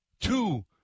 Two